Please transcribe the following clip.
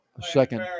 second